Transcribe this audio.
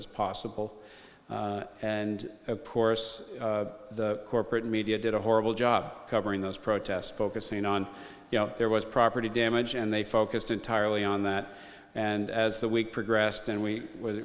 as possible and porous the corporate media did a horrible job covering those protests focusing on you know there was property damage and they focused entirely on that and as the week progressed and we